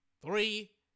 Three